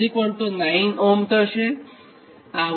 0 Ω થશે